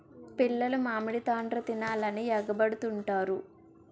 పిల్లలు మామిడి తాండ్ర తినాలని ఎగబడుతుంటారు